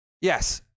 Yes